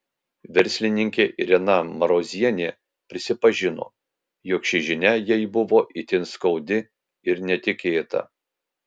verslininkė irena marozienė prisipažino jog ši žinia jai buvo itin skaudi ir netikėta